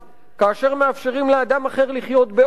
כאשר מאפשרים לאדם אחר לחיות באושר.